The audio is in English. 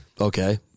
Okay